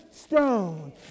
Stone